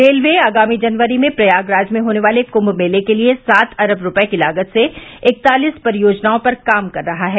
railway आगामी जनवरी में प्रयागराज में होने वाले कुंभ मेले के लिए सात अरब रुपए की लागत से इकतालीस परियोजनाओं पर काम कर रहा है